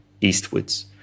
eastwards